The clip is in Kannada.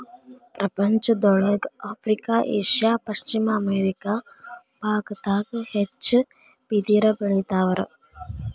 ಪ್ರಪಂಚದೊಳಗ ಆಫ್ರಿಕಾ ಏಷ್ಯಾ ಪಶ್ಚಿಮ ಅಮೇರಿಕಾ ಬಾಗದಾಗ ಹೆಚ್ಚ ಬಿದಿರ ಬೆಳಿತಾರ